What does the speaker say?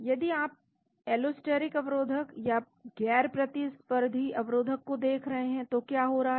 यदि आप एलोस्टेरिक अवरोधक या गैर प्रतिस्पर्धी अवरोधक को देख रहे हैं तो क्या हो रहा है